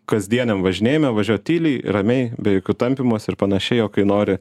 kasdieniam važinėjime važiuot tyliai ramiai be jokių tampymosi ir panašiai o kai nori